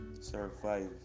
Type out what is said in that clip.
survive